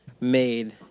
made